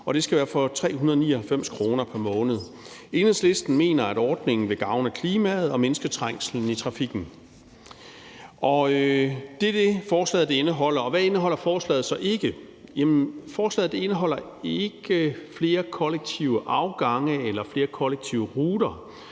det skal være for 399 kr. pr. måned. Enhedslisten mener, at ordningen vil gavne klimaet og mindske trængslen i trafikken. Det er det, forslaget indeholder. Hvad indeholder forslaget så ikke? Jamen forslaget indeholder ikke flere kollektive afgange eller flere kollektive ruter,